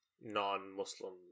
non-Muslim